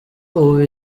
ubu